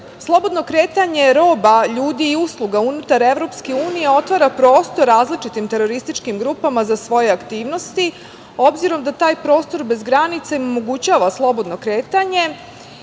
sloboda. Slobodno kretanje roba, ljudi i usluga unutar EU otvara prostor različitim terorističkim grupama za svoje aktivnosti, obzirom da taj prostor bez granica im omogućava slobodno kretanje,